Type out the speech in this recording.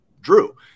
Drew